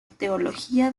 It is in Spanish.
teología